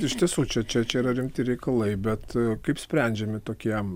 iš tiesų čia čia čia yra rimti reikalai bet kaip sprendžiami tokie